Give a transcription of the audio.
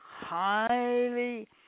highly